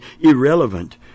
irrelevant